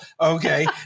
okay